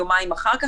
יומיים אחר כך,